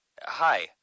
hi